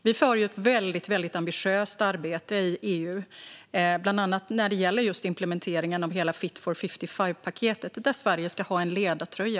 Vi gör ett väldigt ambitiöst arbete i EU, bland annat när det gäller just implementeringen av hela Fit for 55-paketet, där Sverige ska ha en ledartröja.